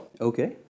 Okay